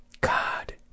God